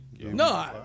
No